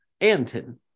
Anton